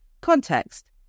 context